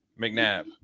McNabb